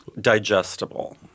digestible